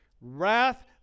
wrath